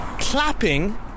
clapping